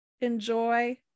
enjoy